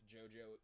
JoJo